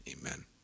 Amen